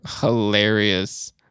hilarious